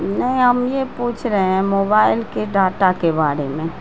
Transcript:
نہیں ہم یہ پوچھ رہے ہیں موبائل کے ڈاٹا کے بارے میں